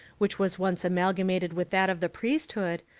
which was once amalgamated with that of the priesthood,